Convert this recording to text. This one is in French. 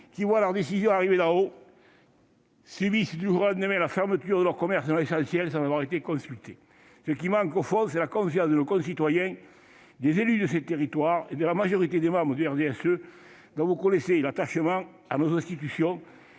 qui voient les décisions arriver d'en haut et subissent du jour au lendemain la fermeture de leurs commerces non essentiels sans avoir été consultés. Ce qui manque, au fond, c'est la confiance de nos concitoyens, des élus des territoires et de la majorité des membres du RDSE, dont vous connaissez pourtant l'attachement à nos institutions